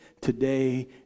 today